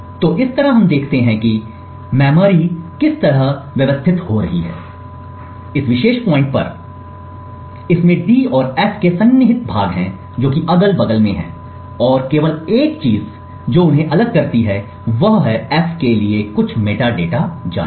तो इस तरह हम देखते हैं कि मैं मेमोरी किस तरह केसे व्यवस्थित हो रही है इस विशेष पॉइंट पर इसमें d और f के सन्निहित भाग हैं जो कि अगल बगल में हैं और केवल एक चीज जो उन्हें अलग करती है वह है f के लिए कुछ मेटाडेटा जानकारी